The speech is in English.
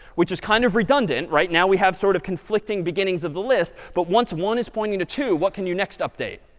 which is kind of redundant, right? now, we have sort of conflicting beginnings of the list. but once one is pointing to two, what can your next update?